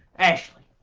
ashley!